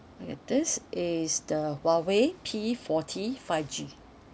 okay this is the Huawei P forty five G